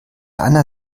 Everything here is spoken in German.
einer